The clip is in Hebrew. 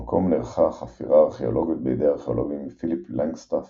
במקום נערכה חפירה ארכאולוגית בידי הארכאולוגים פיליפ לנגסטף